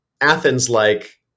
Athens-like